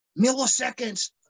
Milliseconds